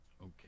Okay